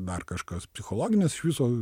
dar kažkas psichologinis iš viso